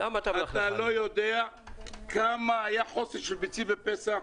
אתה לא יודע כמה היה חוסר של ביצים בפסח,